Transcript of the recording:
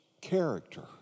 character